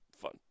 fun